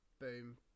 boom